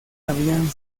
habían